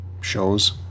shows